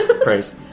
praise